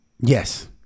Yes